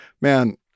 man